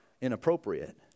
inappropriate